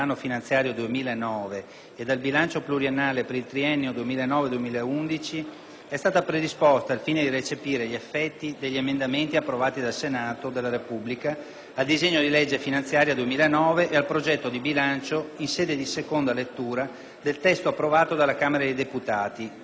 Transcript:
è stata predisposta al fine di recepire gli effetti degli emendamenti approvati dal Senato della Repubblica al disegno di legge finanziaria 2009 e al progetto di bilancio, in sede di seconda lettura del testo approvato dalla Camera dei deputati, nel quale erano già considerati, mediante apposita Nota di variazioni, gli effetti della prima lettura.